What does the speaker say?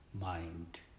Mind